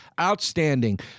outstanding